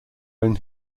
own